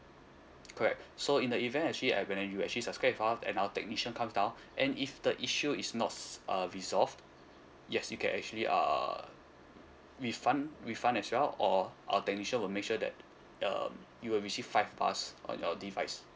correct so in the event actually uh when uh you actually subscribe with us and our technician comes down and if the issue is not s~ uh resolved yes you can actually uh refund refund as well or our technician will make sure that um you will receive five bars on your device